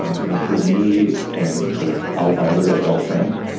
um you know for me, and for all of my other adult friends,